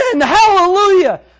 Hallelujah